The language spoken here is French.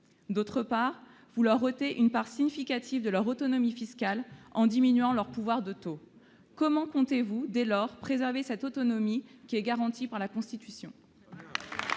D'autre part, vous leur ôtez une part significative de leur autonomie fiscale en diminuant leur pouvoir de taux. Comment comptez-vous, dès lors, préserver cette autonomie, qui est garantie par la Constitution ?